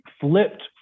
flipped